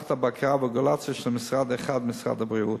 תחת הבקרה והרגולציה של משרד אחד, משרד הבריאות,